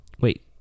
wait